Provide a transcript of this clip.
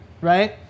right